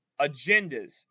agendas